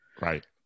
Right